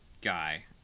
guy